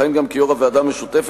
המכהן גם כיושב-ראש הוועדה המשותפת,